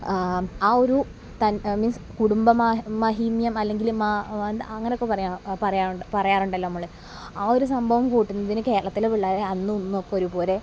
ആ ഒരു മീൻസ് കുടുംബമഹിമ കുടുംബമഹാത്മ്യം അല്ലെങ്കിൽ അങ്ങനെ ഒക്കെ പറയാറ് പറയാറുണ്ട് പറയാറുണ്ടല്ലോ നമ്മൾ ആ ഒരു സംഭവം കൂട്ടുന്നതിന് കേരളത്തിലെ പിള്ളേർ അന്നും ഇന്നുമൊക്കെ ഒരു പോലെ അന്നും ഇന്നുമൊക്കെ ഒരു പോലെ